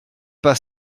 pas